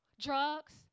drugs